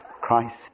Christ